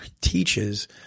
teaches